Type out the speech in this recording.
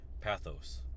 pathos